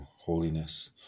holiness